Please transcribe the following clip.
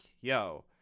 yo